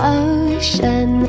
ocean